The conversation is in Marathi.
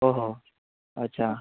हो हो अच्छा